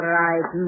right